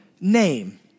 name